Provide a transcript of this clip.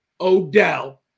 Odell